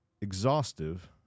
exhaustive